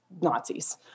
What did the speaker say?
Nazis